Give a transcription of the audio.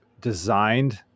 designed